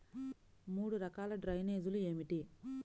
మూడు రకాల డ్రైనేజీలు ఏమిటి?